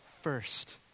first